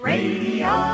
Radio